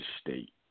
State